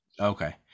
Okay